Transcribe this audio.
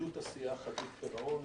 חדלות עשייה, חדלות פירעון.